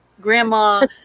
grandma